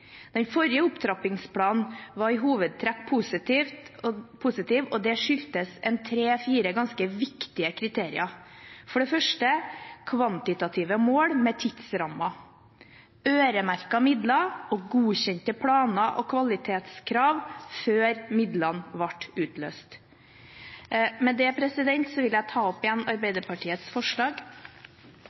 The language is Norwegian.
Den forrige opptrappingsplanen var i hovedtrekk positiv, og det skyldes tre–fire ganske viktige kriterier: kvantitative mål med tidsrammer, øremerkete midler og godkjente planer og kvalitetskrav før midlene ble utløst. Med det vil jeg ta opp Arbeiderpartiets forslag.